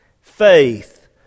faith